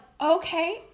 okay